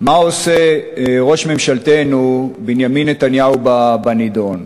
מה עושה ראש ממשלתנו בנימין נתניהו בנדון.